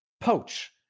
poach